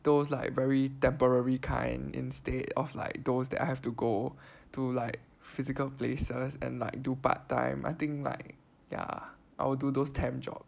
those like very temporary kind instead of like those that I have to go to like physical places and like do part time I think like ya I will do those temp job